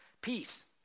Peace